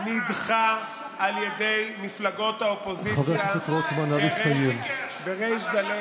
שוב ושוב נדחה על ידי מפלגות האופוזיציה בריש גלי,